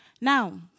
Now